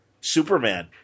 Superman